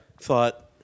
Thought